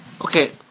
Okay